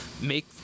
make